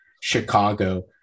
Chicago